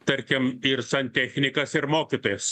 tarkim ir santechnikas ir mokytojas